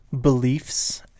beliefs